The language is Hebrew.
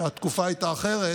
התקופה הייתה אחרת.